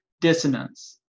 Dissonance